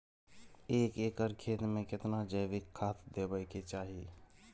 एक एकर खेत मे केतना जैविक खाद देबै के चाही?